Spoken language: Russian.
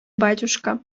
батюшка